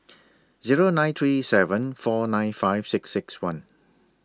Zero nine three seven four nine five six six one